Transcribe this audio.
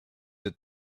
êtes